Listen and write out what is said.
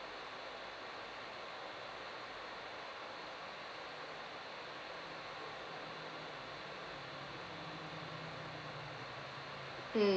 mm